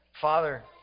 Father